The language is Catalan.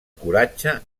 coratge